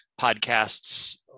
podcasts